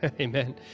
Amen